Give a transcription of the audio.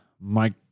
Mike